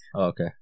Okay